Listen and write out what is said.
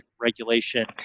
regulation